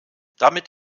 damit